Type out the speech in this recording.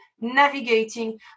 navigating